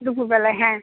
দুপুর বেলায় হ্যাঁ